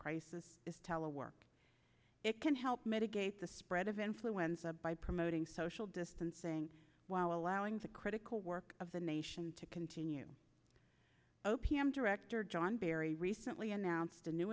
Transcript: crisis is telework it can help mitigate the spread of influenza by promoting social distancing while allowing the critical work of the nation to continue o p m director john berry recently announced a new